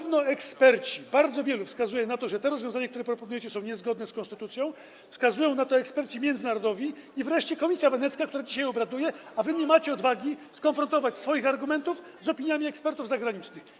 Wielu ekspertów bardzo wyraźnie wskazuje na to, że te rozwiązania, które proponujecie, są niezgodne z konstytucją, wskazują na to eksperci międzynarodowi i wreszcie Komisja Wenecka, która dzisiaj obraduje, a wy nie macie odwagi skonfrontować swoich argumentów z opiniami ekspertów zagranicznych.